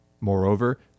Moreover